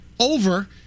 over